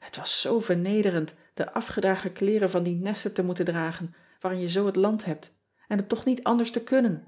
et was zoo vernederend de afgedragen kleeren van die nesten te moeten dragen waaraan je zoo het land hebt en het toch niet anders te kunnen